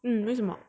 嗯为什么:wei shen me